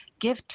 Give